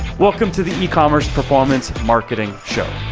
welcome to the e-commerce performance marketing show.